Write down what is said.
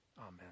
Amen